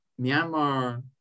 myanmar